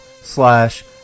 slash